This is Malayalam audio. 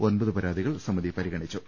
ഒമ്പത് പരാതികൾ സമിതി പരിഗണിച്ചു